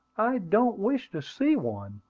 i don't wish to see one,